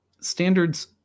standards